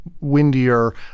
windier